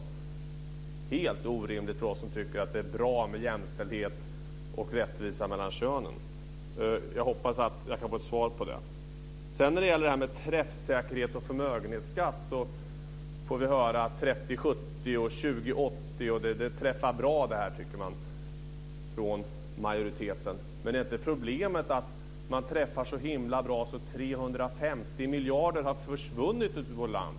Detta är helt orimligt för oss som tycker att det är bra med jämställdhet och rättvisa mellan könen. Jag hoppas att jag kan få ett svar på det. När det sedan gäller detta med träffsäkerhet och förmögenhetsskatt får vi höra att majoriteten tycker att 30-70 och 20-80 träffar bra. Men är inte problemet att man träffar så himla bra att 350 miljarder har försvunnit ut ur vårt land?